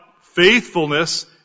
faithfulness